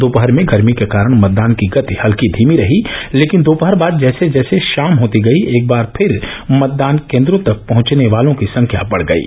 दोपहर में गर्मी के कारण मतदान की गति हल्की धीमी रही लेकिन दोपहर बाद जैसे जैसे षाम होती गयी एक बार फिर मतदान केन्द्रों तक पहुंचने वालों की संख्या बढ़ गयी